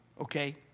okay